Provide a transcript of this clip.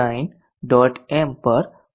m પર બોલાવી શકું